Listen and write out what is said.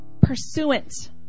pursuant